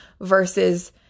versus